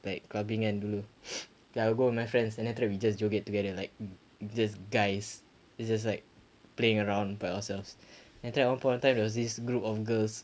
like clubbing and K I'll go with my friends and then after that we just joget joget together like just guys it's just like playing around by ourselves then after that at one point of time there was this group of girls